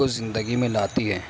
کو زندگی میں لاتی ہے